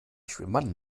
schwimmern